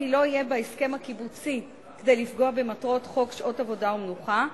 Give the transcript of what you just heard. כי לא יהיה בהסכם הקיבוצי כדי לפגוע במטרות חוק שעות עבודה ומנוחה.